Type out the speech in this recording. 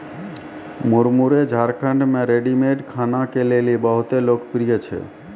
मुरमुरे झारखंड मे रेडीमेड खाना के लेली बहुत लोकप्रिय छै